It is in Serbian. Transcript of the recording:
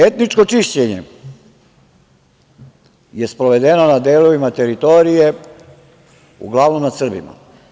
Etničko čišćenje je sprovedeno na delovima teritorije, uglavnom nad Srbima.